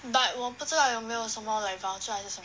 but 我不知道有没有什么 like voucher 还是什么